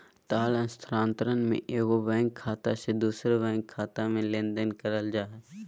तार स्थानांतरण में एगो बैंक खाते से दूसर बैंक खाते में लेनदेन करल जा हइ